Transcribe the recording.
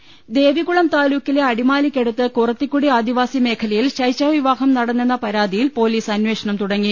ലലലലലല ദേവികുളം താലൂക്കിലെ അടിമാലിക്കടുത്ത് കുറത്തിക്കുടി ആദിവാസിമേഖലയിൽ ശൈശവ വിവാഹം നടന്നെന്ന പരാതിയിൽ പോലീസ് അന്വേഷണം തുടങ്ങി